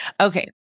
Okay